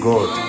God